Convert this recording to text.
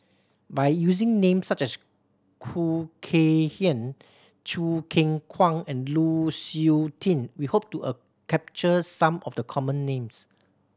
by using names such as Khoo Kay Hian Choo Keng Kwang and Lu Suitin we hope to capture some of the common names